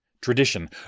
Tradition